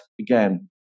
again